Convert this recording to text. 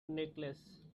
necklace